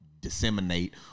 disseminate